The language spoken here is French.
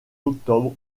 octobre